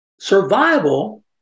Survival